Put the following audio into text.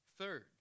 Third